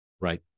Right